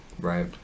Right